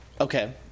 Okay